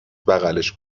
بغلش